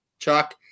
Chuck